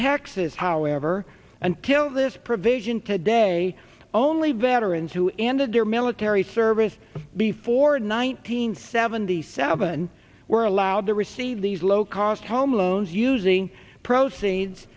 taxes however until this provision today only veterans who ended their military service before nine hundred seventy seven were allowed to receive these low cost home loans using proceeds